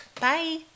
Bye